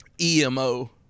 EMO